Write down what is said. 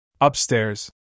Upstairs